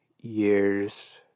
years